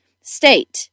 state